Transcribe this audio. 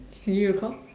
can you recall